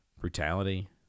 brutality